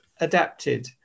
adapted